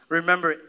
remember